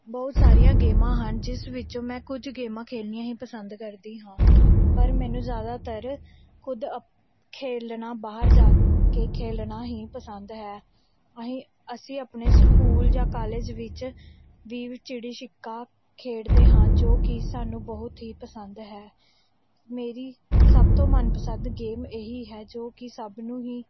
ਬਹੁਤ ਸਾਰੀਆਂ ਗੇਮਾਂ ਹਨ ਜਿਸ ਵਿੱਚੋਂ ਮੈਂ ਕੁਝ ਗੇਮਾਂ ਖੇਡਣੀਆਂ ਹੀ ਪਸੰਦ ਕਰਦੀ ਹਾਂ ਪਰ ਮੈਨੂੰ ਜ਼ਿਆਦਾਤਰ ਖੁਦ ਅਪ ਖੇਡਣਾ ਬਾਹਰ ਜਾ ਕੇ ਖੇਡਣਾ ਹੀ ਪਸੰਦ ਹੈ ਅਹੀਂ ਅਸੀਂ ਆਪਣੇ ਸਕੂਲ ਜਾਂ ਕਾਲਜ ਵਿੱਚ ਵੀ ਚਿੜੀ ਛਿੱਕਾ ਖੇਡਦੇ ਹਾਂ ਜੋ ਕਿ ਸਾਨੂੰ ਬਹੁਤ ਹੀ ਪਸੰਦ ਹੈ ਮੇਰੀ ਸਭ ਤੋਂ ਮਨਪਸੰਦ ਗੇਮ ਇਹ ਹੀ ਹੈ ਜੋ ਕਿ ਸਭ ਨੂੰ ਹੀ